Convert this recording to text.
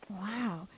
Wow